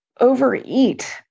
overeat